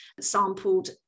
sampled